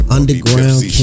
Underground